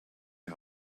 die